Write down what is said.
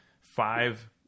five